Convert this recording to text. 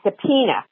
subpoena